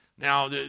Now